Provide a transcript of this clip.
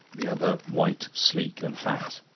the other white, sleek, and fat.